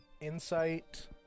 Insight